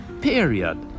period